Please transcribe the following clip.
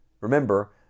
Remember